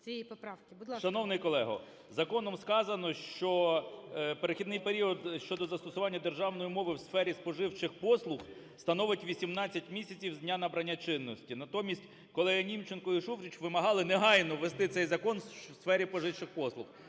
Шановний колего, законом сказано, що перехідний період щодо застосування державної мови у сфері споживчих послуг становить 18 місяців з дня набрання чинності. Натомість колегаНімченко і Шуфрич вимагали негайно ввести цей закон у сфері споживчих послуг.